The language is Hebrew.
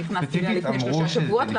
שנכנסתי לתפקיד לפני שלושה שבועות,